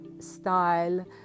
style